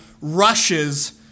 rushes